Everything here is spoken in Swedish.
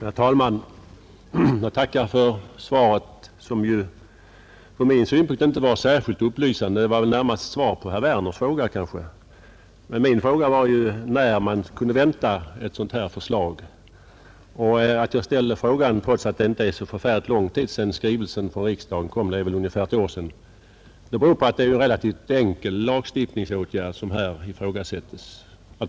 Herr talman! Jag tackar för svaret som från min synpunkt sett inte är särskilt upplysande — det är väl närmast svar på herr Werners fråga. Min fråga gällde när ett förslag från regeringen kan väntas. Att jag ställt den frågan nu, trots att det inte är så länge sedan riksdagen fattade beslut om skrivelsen — det är ungefär ett år sedan — beror på att det är en relativt enkel lagstiftningsåtgärd som behövs.